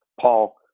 Paul